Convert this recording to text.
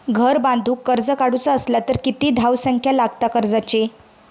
घर बांधूक कर्ज काढूचा असला तर किती धावसंख्या लागता कर्जाची?